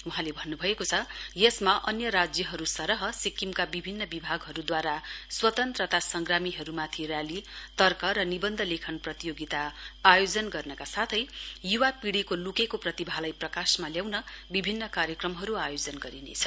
वहाँले भन्नुभयो यसमा अन्य राज्यहरू सरह सिक्किमका विभिन्न विभागहरूद्वारा स्वतन्त्रता संग्रामीहरूमाथि र्याली तर्क र निबन्ध लेखन प्रतियोगिता आयोजन गर्नका साथै युवा पिढ़ीको लिकेको प्रतिभालाई प्रकाशमा ल्याउन विभिन्न कार्यक्रमहरू आयोजन गरिनेछ